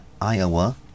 Iowa